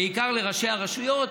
בעיקר לראשי הרשויות,